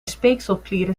speekselklieren